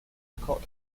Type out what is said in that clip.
accord